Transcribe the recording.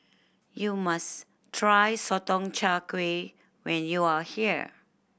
you must try Sotong Char Kway when you are here